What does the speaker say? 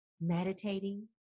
meditating